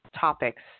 topics